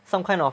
some kind of